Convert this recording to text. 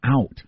out